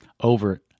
over